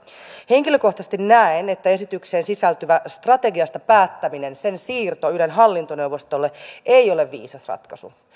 henkilökohtaisesti näen että esitykseen sisältyvä strategiasta päättäminen sen siirto ylen hallintoneuvostolle ei ole viisas ratkaisu